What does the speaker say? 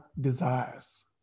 desires